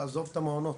לעזוב את המעונות,